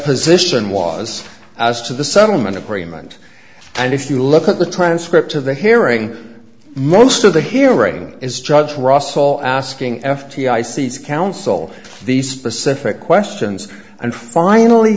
position was as to the settlement agreement and if you look at the transcript of the hearing most of the hearing is judge russell asking f b i c's counsel the specific questions and finally